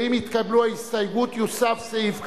ואם תתקבל ההסתייגות יוסף סעיף כזה.